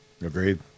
agreed